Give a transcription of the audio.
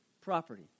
property